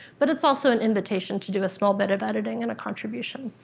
but it's also an invitation to do a small bit of editing in a contribution.